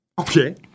Okay